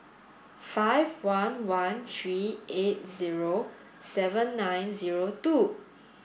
five one one three eight zero seven nine zero two